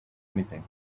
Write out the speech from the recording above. anything